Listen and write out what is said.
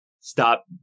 stop